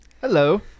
Hello